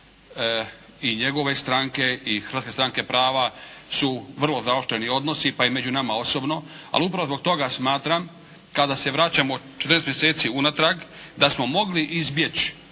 i njegove stranke i Hrvatske stranke prava su vrlo zaoštreni odnosi pa i među nama osobno, ali upravo zbog toga smatram kada se vraćamo 14 mjeseci unatrag da smo mogli izbjeć'